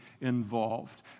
involved